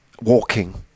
walking